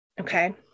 Okay